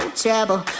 trouble